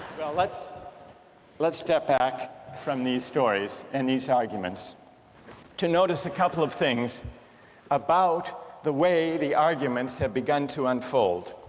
let's let's step back from these stories and these arguments to notice a couple of things about the way the arguments have began to unfold.